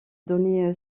donné